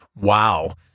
wow